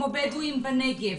כמו הבדואים בנגב,